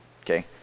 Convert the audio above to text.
okay